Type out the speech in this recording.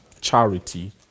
charity